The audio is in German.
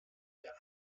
der